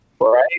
right